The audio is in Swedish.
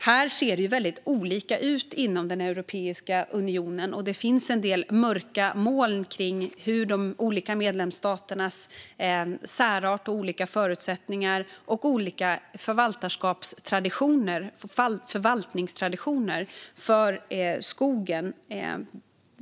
Här ser det olika ut inom Europeiska unionen, och det finns en del mörka moln gällande de olika medlemsstaternas särart, olika förutsättningar och olika förvaltningstraditioner för skogen.